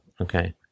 okay